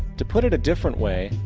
to put it a different way,